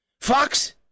Fox